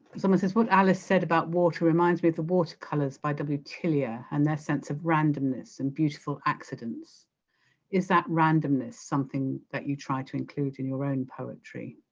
someone says what alice said about water reminds me of the watercolors by w tillyer and their sense of randomness and beautiful accidents is that randomness something that you try to include in your own poetry